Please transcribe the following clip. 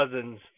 cousins